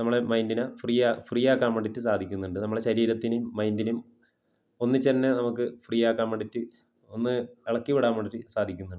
നമ്മളെ മൈന്ഡിനെ ഫ്രീയാക്കാന് വേണ്ടിയിട്ട് സാധിക്കുന്നുണ്ട് നമ്മുടെ ശരീരത്തിനേയും മൈന്ഡിനേയും ഒന്നിച്ച് തന്നെ നമുക്ക് ഫ്രീയാക്കാന് വേണ്ടിയിട്ട് ഒന്ന് ഇളക്കി വിടാന് വേണ്ടിയിട്ട് സാധിക്കുന്നുണ്ട്